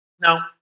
Now